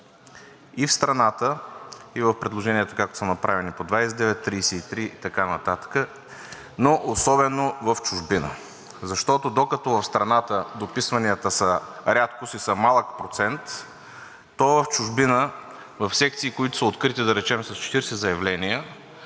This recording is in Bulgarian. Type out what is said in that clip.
и в страната има предложения, които са направени по 29, 33 и така нататък, но особено в чужбина. Защото, докато в страната дописванията са рядкост и са малък процент, то в чужбина в секции, които са открити, да речем, с 40 заявления,